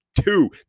Two